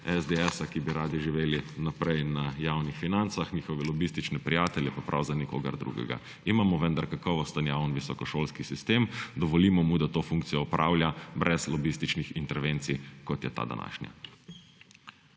SDS, ki bi radi živeli naprej na javnih financah, njihove lobistične prijatelje, pa prav za nikogar drugega. Imamo vendar kakovosten javni visokošolski sistem, dovolimo mu, da to funkcijo opravlja brez lobističnih intervencij, kot je ta današnji.